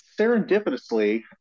serendipitously